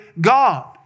God